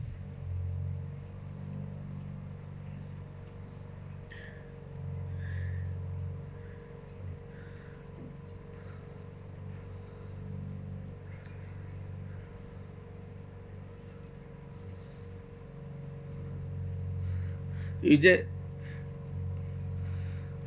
we ju~